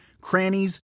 crannies